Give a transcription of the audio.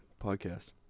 Podcast